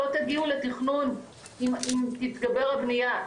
לא תגיעו לתכנון אם תתגבר הבנייה.